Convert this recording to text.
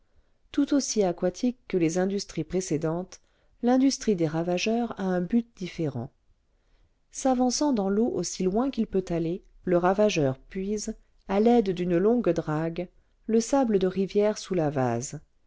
tout aussi aquatique que les industries précédentes l'industrie des ravageurs a un but différent s'avançant dans l'eau aussi loin qu'il peut aller le ravageur puise à l'aide d'une longue drague le sable de rivière sous la vase